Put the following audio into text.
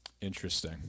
Interesting